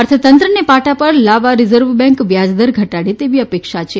અર્થતંત્રને પાટા પર લાવવા રીઝર્વ બેન્ક વ્યાજદર ઘટાડે તેવી અપેક્ષા છે